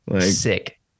Sick